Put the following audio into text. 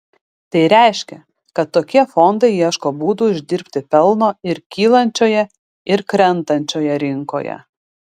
tai reiškia kad tokie fondai ieško būdų uždirbti pelno ir kylančioje ir krentančioje rinkoje